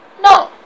no